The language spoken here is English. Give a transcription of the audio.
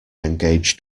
engaged